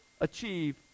achieve